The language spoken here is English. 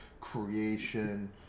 creation